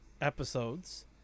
episodes